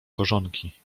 korzonki